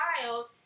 child